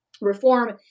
reform